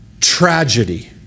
tragedy